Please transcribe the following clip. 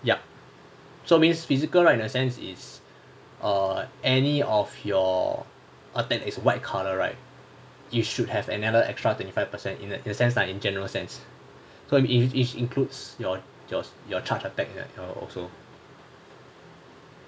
ya so means physical right in that sense is err any of your asset is white colour right you should have another extra thirty five percent in the sense that in general sense cause it it includes your your your charge attack that also